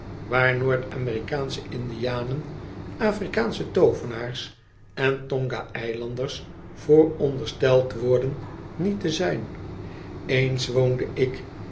waar noord-amerikaansche indianen afrikaansehe toovenaars en tonga eilanders voorondersteld worden niet te zijn eens woonde ik